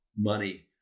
money